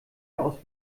aus